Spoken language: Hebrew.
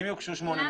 אם יוגשו 800?